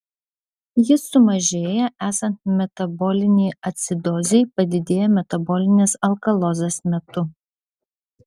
jis sumažėja esant metabolinei acidozei padidėja metabolinės alkalozės metu